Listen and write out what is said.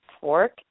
pork